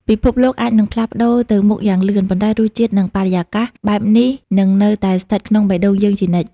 ពិភពលោកអាចនឹងផ្លាស់ប្តូរទៅមុខយ៉ាងលឿន ប៉ុន្តែរសជាតិ និងបរិយាកាសបែបនេះនឹងនៅតែស្ថិតក្នុងបេះដូងយើងជានិច្ច។